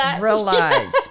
realize